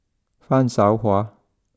Fan Shao Hua